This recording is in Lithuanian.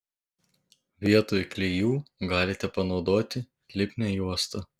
vietoj klijų galite panaudoti lipnią juostą